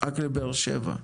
רק באר שבע.